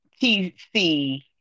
TC